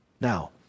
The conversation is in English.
Now